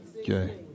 Okay